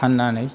फान्नानै